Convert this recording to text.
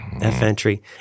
F-entry